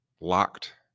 locked